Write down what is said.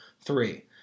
three